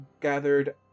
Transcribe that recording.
gathered